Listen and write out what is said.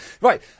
Right